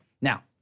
Now